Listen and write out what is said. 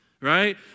Right